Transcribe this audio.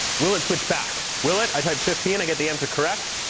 will it switch back? will it? i type fifteen, i get the answer correct.